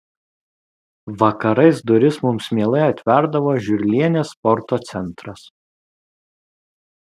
vakarais duris mums mielai atverdavo žiurlienės sporto centras